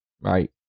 right